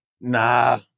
Nah